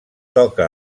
toca